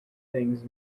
things